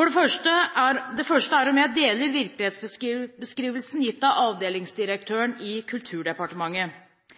Det første er om jeg deler virkelighetsbeskrivelsen som er gitt av avdelingsdirektøren i Kulturdepartementet. I kronikken peker avdelingsdirektør Tesaker i Kulturdepartementet